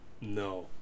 No